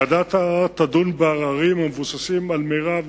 ועדת הערר תדון בעררים המבוססים על מירב